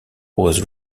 was